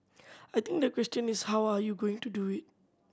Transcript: I think the question is how are you going to do it